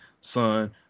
son